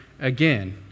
again